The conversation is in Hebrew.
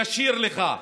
הוא ישיר לך.